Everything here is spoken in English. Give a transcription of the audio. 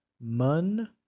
Mun